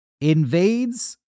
invades